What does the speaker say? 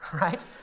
right